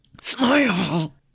SMILE